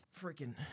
Freaking